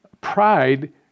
Pride